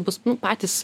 bus patys